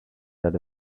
that